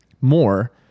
more